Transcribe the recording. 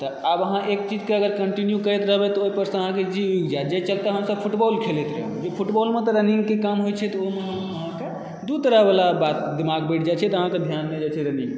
तऽ आब अहाँ एक चीजके अगर कन्टीन्यु करैत रहबै तऽ ओहिपरसँ अहाँकेँ जी उबि जायत जाहि चलते हमसभ फुटबॉल खेलैत रहहुँ कि फुटबॉलमे रनिंगके काम होइत छै तऽ हम अहाँकेँ दू तरहवाला बात पर दिमाग बँटि जाइ छै तऽ अहाँकेँ ध्यान नहि रहैत छै रन्निंग पर